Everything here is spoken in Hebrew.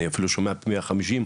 אני אפילו שומע פי 150,